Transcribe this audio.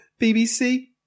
BBC